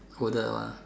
older one